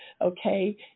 okay